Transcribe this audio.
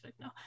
no